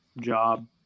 job